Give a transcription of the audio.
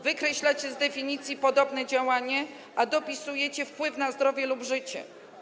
Wykreślacie z definicji podobne działanie, a dopisujecie wpływ na zdrowie lub życie.